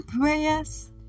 prayers